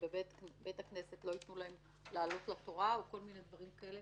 בבית הכנסת לא יתנו להם לעלות לתורה או כל מיני דברים כאלה.